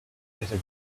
better